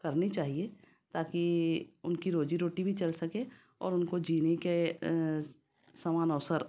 करनी चाहिए ताकि उनकी रोजी रोटी भी चल सके और उनको जीने के समान अवसर